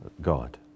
God